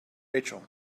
rachel